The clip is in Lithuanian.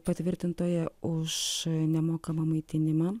patvirtintoje už nemokamą maitinimą